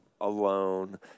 alone